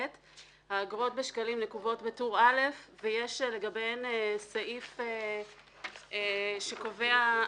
האגרות בשקלים נקובות בטור א' ויש לגביהן תקנה שקובעת